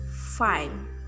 fine